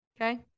Okay